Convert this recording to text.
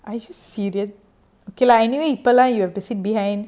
I should see this okay lah anyway purple line you have to sit behind